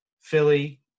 Philly